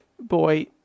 boy